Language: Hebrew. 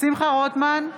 שמחה רוטמן,